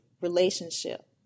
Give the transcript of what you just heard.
relationship